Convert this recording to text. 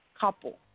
couple